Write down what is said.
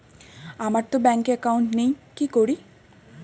আমারতো ব্যাংকে একাউন্ট নেই কি করি?